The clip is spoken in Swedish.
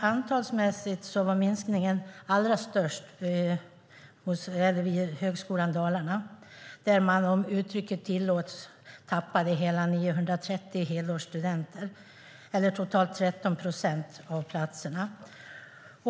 Antalsmässigt var minskningen allra störst vid Högskolan Dalarna där man, om uttrycket tillåts, tappade hela 930 helårsstudenter, eller totalt 13 procent av platserna.